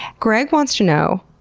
greg wants to know